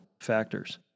factors